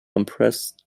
impressed